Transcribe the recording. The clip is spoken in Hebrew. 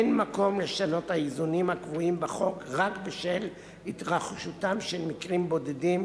אין מקום לשנות האיזונים הקבועים בחוק רק בשל התרחשותם של מקרים בודדים,